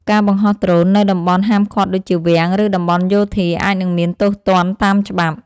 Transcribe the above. ការបង្ហោះដ្រូននៅតំបន់ហាមឃាត់ដូចជា វាំង ឬតំបន់យោធា អាចនឹងមានទោសទណ្ឌតាមច្បាប់។